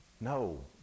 no